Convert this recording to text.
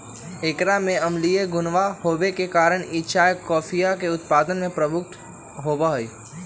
एकरा में अम्लीय गुणवा होवे के कारण ई चाय कॉफीया के उत्पादन में प्रयुक्त होवा हई